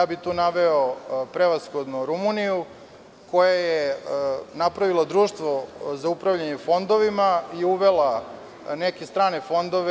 Tu bih naveo prevashodno Rumuniju, koja je napravila društvo za upravljanje fondovima i uvela neke strane fondove.